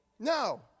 No